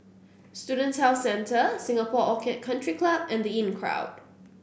Student Health Centre Singapore Orchid Country Club and The Inncrowd